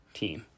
team